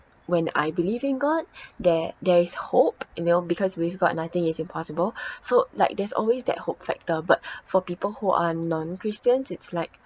when I believe in god there there is hope you know because with god nothing is impossible so like there's always that hope factor but for people who are non-christians its like